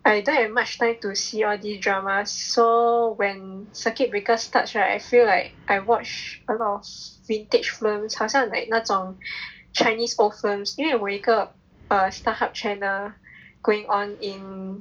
I don't have much time to see all these dramas so when circuit breaker starts right I feel like I watch a lot of vintage film 好像 like 那种 chinese old films 因为我有一个 err starhub channel going on in